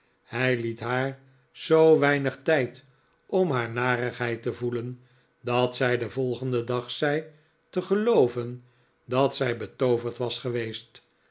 hij liet haar zoo weinig tijd om haar narigheid te voelen dat zij den volgenden dag zei te gelooven dat zij betooverd was geweest